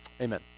Amen